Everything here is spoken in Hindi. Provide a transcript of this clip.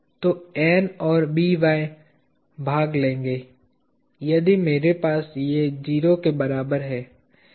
तो N और By भाग लेंगे यदि मेरे पास ये 0 के बराबर है